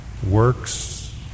Works